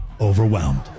overwhelmed